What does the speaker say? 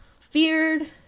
feared